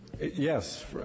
yes